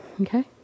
Okay